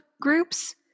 groups